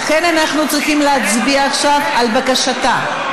לכן אנחנו צריכים להצביע עכשיו על בקשתה,